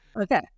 Okay